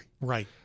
right